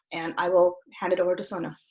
and i will hand it over to sonoo.